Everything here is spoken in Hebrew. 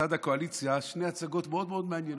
מצד הקואליציה שתי הצגות מאוד מאוד מעניינות.